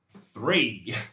Three